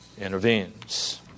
intervenes